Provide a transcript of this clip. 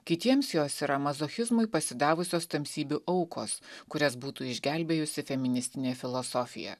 kitiems jos yra mazochizmui pasidavusios tamsybių aukos kurias būtų išgelbėjusi feministinė filosofija